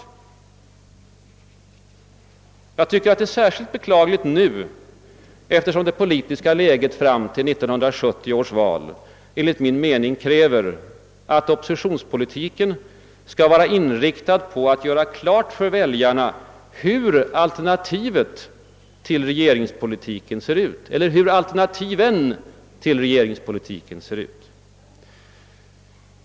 Jag tycker också att det är särskilt beklagligt just nu, eftersom det politiska läget fram till 1970 års val enligt min mening kräver att oppositionspolitiken skall vara inriktad på att göra klart för väljarna, hur alternativen till den socialdemokratiska politiken ser ut.